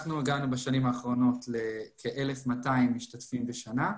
בשנים האחרונות אנחנו הגענו לכ-1,200 משתתפים בשנה.